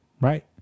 right